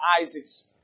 Isaac's